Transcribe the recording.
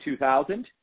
2000